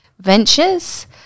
ventures